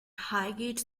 highgate